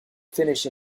finish